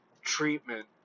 treatment